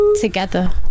together